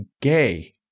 gay